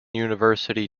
university